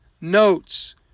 notes